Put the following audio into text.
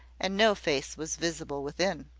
and no face was visible within.